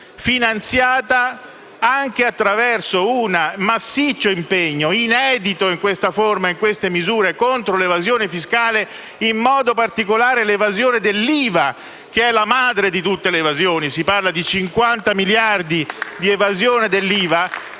finanziata anche attraverso un massiccio impegno, inedito in questa forma e in queste misure, contro l'evasione fiscale, in modo particolare contro l'evasione dell'IVA, che è la madre di tutte le evasioni*. (Applausi dal Gruppo PD*).